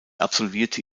absolvierte